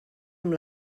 amb